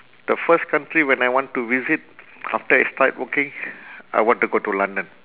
the first country when I want to visit after I start working I want to go to london